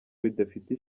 bidafite